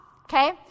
Okay